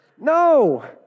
no